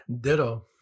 ditto